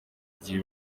gihe